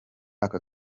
aka